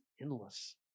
endless